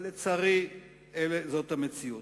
אבל לצערי זאת המציאות.